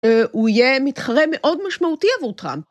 הוא יהיה מתחרה מאוד משמעותי עבור טראמפ.